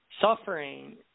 suffering